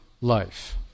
life